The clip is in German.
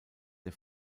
der